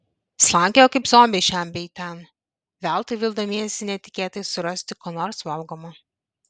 slankiojo kaip zombiai šen bei ten veltui vildamiesi netikėtai surasti ko nors valgomo